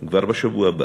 כבר בשבוע הבא,